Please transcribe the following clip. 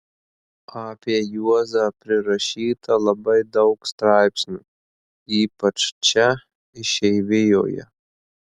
apie juozą prirašyta labai daug straipsnių ypač čia išeivijoje